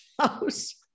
house